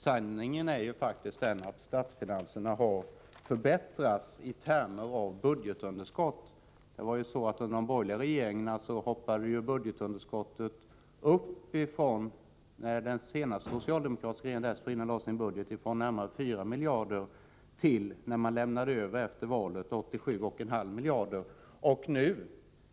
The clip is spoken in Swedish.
Sanningen är ju faktiskt att statsfinanserna har förbättrats om man ser på budgetunderskottet. Under de borgerliga regeringarnas tid ökade budgetunderskottet från närmare 4 miljarder till 87,5 miljarder — från den tidpunkt då den senaste socialdemokratiska regeringen hade lagt fram sin budget fram till den tidpunkt då de borgerliga lämnade över regeringsansvaret efter valet 1982.